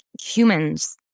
humans